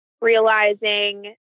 realizing